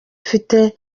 mfite